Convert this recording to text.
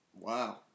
Wow